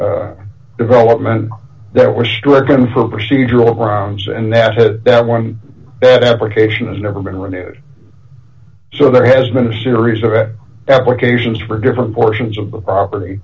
development that was stricken for procedural grounds and that had one bad application has never been renewed so there has been a series of applications for different portions of the property